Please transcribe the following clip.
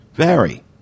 vary